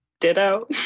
ditto